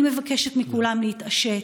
אני מבקשת מכולם להתעשת.